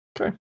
Okay